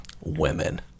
Women